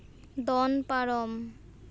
ᱫᱚᱱ ᱯᱟᱨᱚᱢ